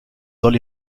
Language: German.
soll